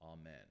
Amen